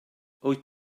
wyt